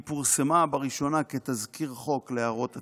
היא פורסמה בראשונה כתזכיר חוק להערות הציבור,